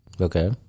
Okay